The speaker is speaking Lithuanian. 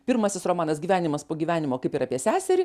pirmasis romanas gyvenimas po gyvenimo kaip ir apie seserį